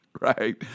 right